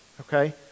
okay